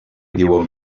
diuen